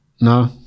no